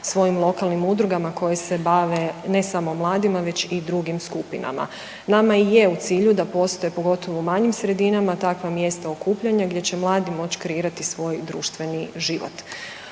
svojim lokalnim udrugama koje se bave, ne samo mladima, već i drugim skupinama. Nama i je u cilju da postoje, pogotovo u manjim sredinama, takva mjesta okupljanja, gdje će mladi moći kreirati svoj društveni život.